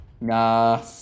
Nah